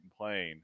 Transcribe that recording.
plain